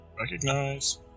Recognize